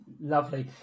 Lovely